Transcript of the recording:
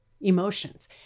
emotions